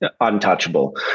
untouchable